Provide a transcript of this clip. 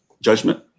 judgment